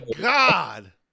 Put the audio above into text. god